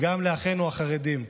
וגם לאחינו החרדים: